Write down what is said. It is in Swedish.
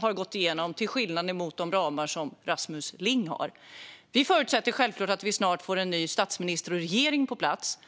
har gått igenom till skillnad mot de ramar som Rasmus Ling förespråkar. Vi förutsätter självklart att vi snart får en ny statsminister och regering på plats.